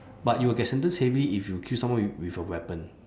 but you will get sentenced heavy if you kill someone with with a weapon